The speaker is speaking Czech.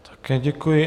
Také děkuji.